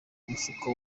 mufuka